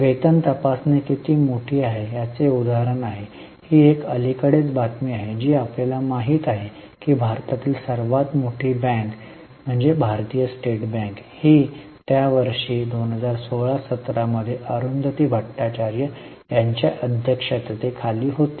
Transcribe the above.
वेतन तपासणी किती मोठी आहे याचे हे एक उदाहरण आहे ही एक अलीकडील बातमी आहे जी आपल्याला माहित आहे की भारतातील सर्वात मोठी बँक म्हणजे भारतीय स्टेट बँक ही त्या वर्षी 16 17 मध्ये अरुंधती भट्टाचार्य यांच्या अध्यक्षतेखाली होती